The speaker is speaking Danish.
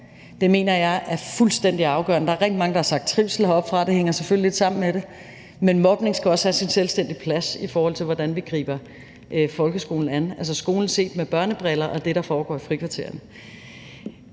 Det mener jeg er fuldstændig afgørende. Der er rigtig mange, der har sagt trivsel heroppefra, og det hænger selvfølgelig lidt sammen med det, men mobning skal også have sin selvstændige plads, i forhold til hvordan vi griber folkeskolen an, altså skolen set med børnebriller og det, der foregår i frikvartererne.